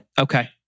Okay